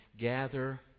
gather